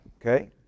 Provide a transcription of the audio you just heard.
Okay